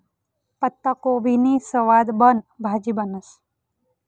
पत्ताकोबीनी सवादबन भाजी बनस